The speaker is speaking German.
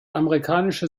amerikanische